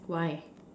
why